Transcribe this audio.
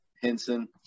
Henson